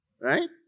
Right